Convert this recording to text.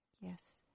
Yes